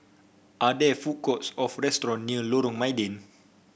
are there food courts or restaurants near Lorong Mydin